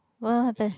what happen